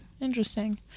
interesting